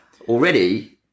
already